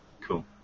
Cool